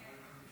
הרב.